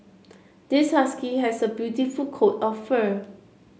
this husky has a beautiful coat of fur